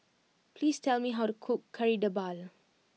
please tell me how to cook Kari Debal